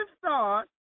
thought